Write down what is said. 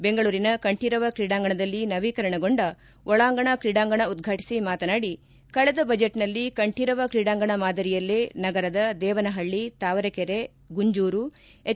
ಬೆಂಗಳೂರಿನ ಕಂಠೀರವ ಕ್ರೀಡಾಂಗಣದಲ್ಲಿ ನವೀಕರಣಗೊಂಡ ಒಳಾಂಗಣ ಕ್ರೀಡಾಂಗಣ ಉದ್ಘಾಟಿಸಿ ಮಾತನಾಡಿ ಕಳೆದ ಬಜೆಟ್ನಲ್ಲಿ ಕಂಠೀರವ ಕ್ರೀಡಾಂಗಣ ಮಾದರಿಯಲ್ಲೇ ನಗರದ ದೇವನಹಳ್ಳಿ ತಾವರೆಕೆರೆ ಗುಂಜೂರು ಎಚ್